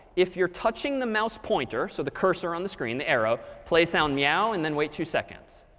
if you're touching the mouse pointer so the cursor on the screen, the arrow play sound meow and then wait two seconds.